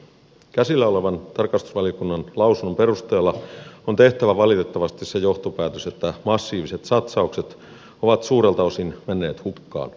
käsillä olevan tarkastusvaliokunnan lausunnon perusteella on tehtävä valitettavasti se johtopäätös että massiiviset satsaukset ovat suurelta osin menneet hukkaan